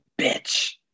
bitch